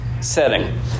setting